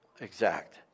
exact